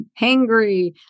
hangry